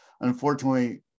unfortunately